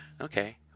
okay